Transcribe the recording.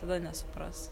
tada nesupras